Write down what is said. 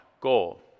goal